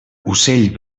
ocell